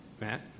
Matt